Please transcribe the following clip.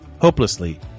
hopelessly